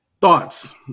Thoughts